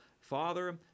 father